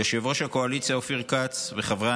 ליושב-ראש הקואליציה אופיר כץ ולחברי